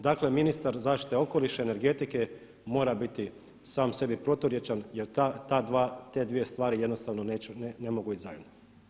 Dakle ministar zaštite okoliša i energetike mora biti sam sebi proturječan jer te dvije stvari jednostavno ne mogu ići zajedno.